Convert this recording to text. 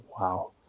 wow